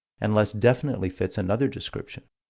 and less definitely fits another description.